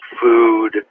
food